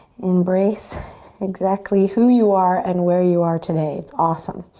embrace exactly who you are and where you are today, it's awesome.